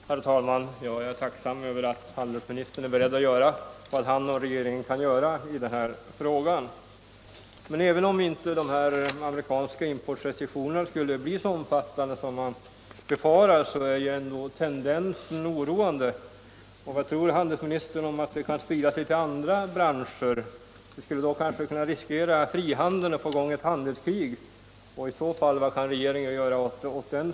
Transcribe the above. Herr talman! Jag är tacksam för att handelsministern säger att han är beredd att göra vad han och regeringen kan i denna fråga. Även om de amerikanska importrestriktionerna inte skulle bli så omfattande som man nu befarar är tendensen ändå oroande. Tror handelsministern att restriktionerna kan sprida sig till andra branscher, så att frihandeln är i fara och man kan riskera ett handelskrig? Det skulle få mycket allvarliga konsekvenser.